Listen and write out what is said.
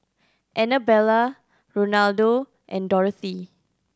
Annabella Ronaldo and Dorothy